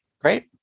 Great